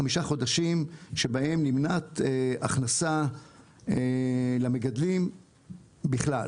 חמישה חודשים שבהם נמנעת הכנסה למגדלים בכלל.